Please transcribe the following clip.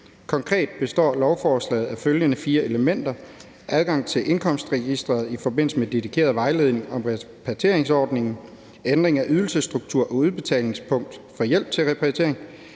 Konkret består lovforslaget af følgende fire elementer: Adgang til indkomstregistret i forbindelse med dedikeret vejledning om repatrieringsordningen, ændring af ydelsesstruktur og udbetalingstidspunkt for hjælp til repatriering,